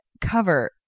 cover